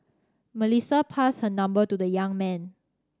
Melissa passed her number to the young man